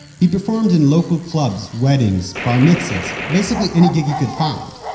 he performed in local clubs, weddings, bar mitzvahs, basically any gig he could find.